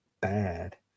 bad